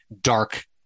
dark